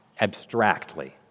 abstractly